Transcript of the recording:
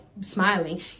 Smiling